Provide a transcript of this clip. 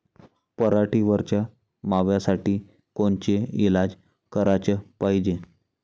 पराटीवरच्या माव्यासाठी कोनचे इलाज कराच पायजे?